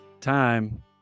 time